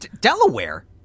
Delaware